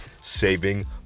saving